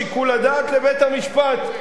הדעת לבית-המשפט,